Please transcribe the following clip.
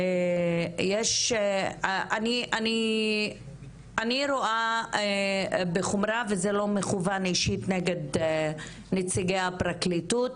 אני רואה בחומרה וזה לא מכוון אישית נגד נציגי הפרקליטות,